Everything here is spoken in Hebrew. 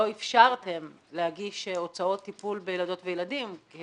אפשרתם להגיש הוצאות טיפול בילדות וילדים.